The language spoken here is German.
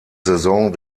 saison